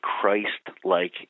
Christ-like